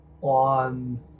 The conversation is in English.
on